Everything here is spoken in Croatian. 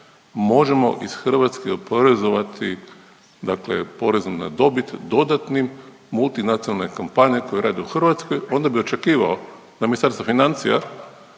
možemo iz Hrvatske oporezivati dakle porezom na dobit dodatnim multinacionalne kompanije koje rade u Hrvatskoj onda bi očekivao da Ministarstvo financija